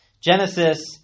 Genesis